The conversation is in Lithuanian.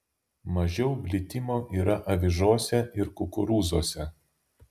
mažiau glitimo yra avižose ir kukurūzuose